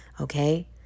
okay